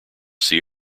see